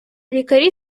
лікарі